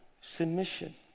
submission